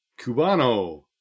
Cubano